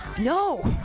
No